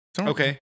Okay